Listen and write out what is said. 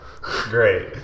Great